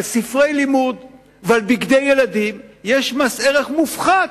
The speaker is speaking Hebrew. על ספרי לימוד ועל בגדי ילדים יש מס ערך מופחת.